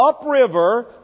upriver